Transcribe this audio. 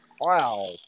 Wow